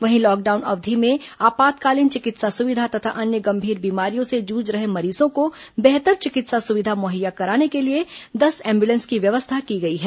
वहीं लॉकडाउन अवधि में आपातकालीन चिकित्सा सुविधा तथा अन्य गंभीर बीमारियों से जूझ रहे मरीजों को बेहतर चिकित्सा सुविधा मुहैया कराने के लिए दस एंब्लेंस की व्यवस्था की गई है